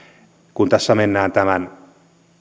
kun tässä mennään tämän